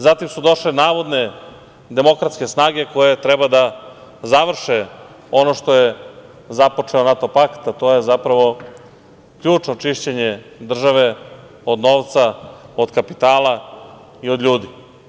Zatim su došle navodne demokratske snage koje treba da završe ono što je započeo NATO pakt, a to je zapravo ključno čišćenje države od novca, od kapitala i od ljudi.